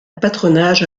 patronage